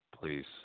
Please